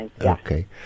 Okay